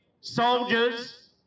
soldiers